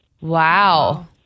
Wow